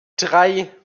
drei